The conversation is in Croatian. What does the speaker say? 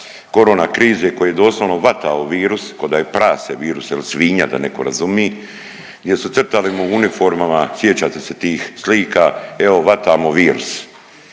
korona krize koji je doslovno vatao virus koda je prase virus il svinja da neko razumi gdje su crtali u uniformama, sjećate se tih slika, evo vatamo virus,